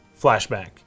flashback